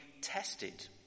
tested